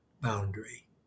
boundary